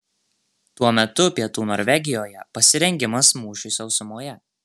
tuo metu pietų norvegijoje pasirengimas mūšiui sausumoje